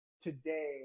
today